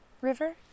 River